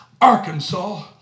Arkansas